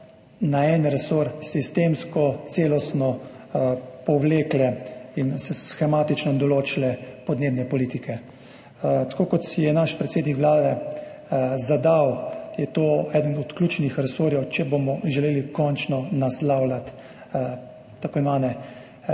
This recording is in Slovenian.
na enem resorju sistemsko, celostno povlekle in shematično določile podnebne politike. Tako, kot si je predsednik Vlade zadal, je to eden od ključnih resorjev, če bomo želeli končno naslavljati tako imenovane